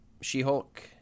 She-Hulk